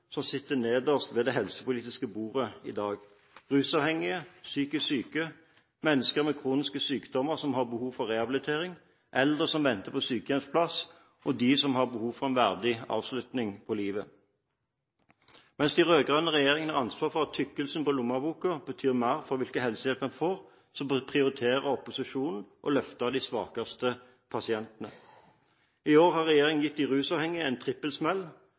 som sitter nederst ved det helsepolitiske bordet i dag – rusavhengige, psykisk syke og mennesker med kroniske sykdommer som har behov for rehabilitering, eldre som venter på sykehjemsplass, og de som har behov for en verdig avslutning på livet. Mens den rød-grønne regjeringen har ansvaret for at tykkelsen på lommeboken betyr mer for hvilken helsehjelp en får, prioriterer opposisjonen å løfte de svakeste pasientene. I år har regjeringen gitt de rusavhengige en trippelsmell. I